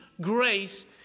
grace